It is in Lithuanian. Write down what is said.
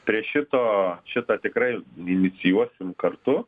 prie šito šitą tikrai inicijuosim kartu